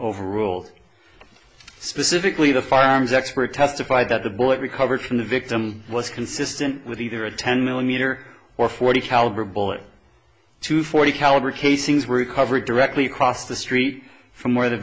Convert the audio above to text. overruled specifically the firearms expert testified that the bullet recovered from the victim was consistent with either a ten millimeter or forty caliber bullet two forty caliber casings were recovered directly across the street from where the